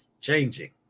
changing